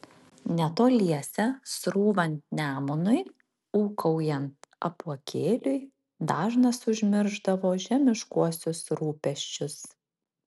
netoliese srūvant nemunui ūkaujant apuokėliui dažnas užmiršdavo žemiškuosius rūpesčius